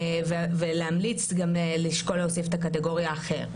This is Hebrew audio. ולהמליץ גם לשקול להוסיף את הקטגוריה אחר.